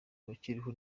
abakiriho